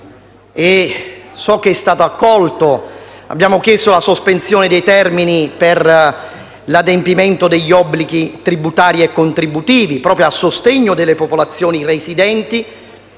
richiesta è stata accolta - la sospensione dei termini per l'adempimento degli obblighi tributari e contributivi, proprio a sostegno delle popolazioni residenti